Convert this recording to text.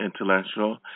intellectual